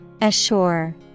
Assure